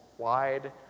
Wide